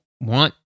want